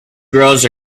girls